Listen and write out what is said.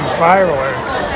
fireworks